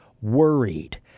worried